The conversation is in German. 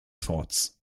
forts